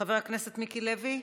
חבר הכנסת מיקי לוי,